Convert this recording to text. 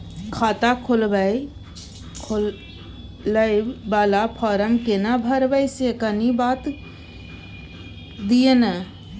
खाता खोलैबय वाला फारम केना भरबै से कनी बात दिय न?